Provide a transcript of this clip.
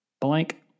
blank